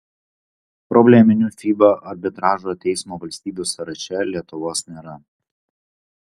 probleminių fiba arbitražo teismo valstybių sąraše lietuvos nėra